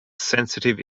sensitive